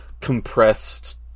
compressed